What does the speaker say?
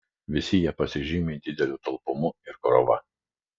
visi jie pasižymi dideliu talpumu ir krova